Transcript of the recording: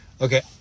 Okay